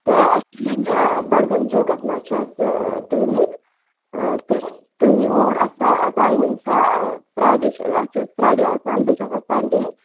تہٕ اَسہِ چھِ ییٚمہِ بَڈگٲمۍ چوکَس منٛز چھِ اَسہِ کِلنِک تُہۍ یِیِو اوٗرۍ اَسہِ چھا ٹایمِنٛگ چھےٚ فرٛایڈے چھِ اَکھ چھِ أسۍ فرٛایڈے آسان بیٚیہِ چھِ آسان سَنڈے